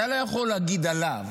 אתה לא יכול להגיד עליו